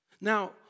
Now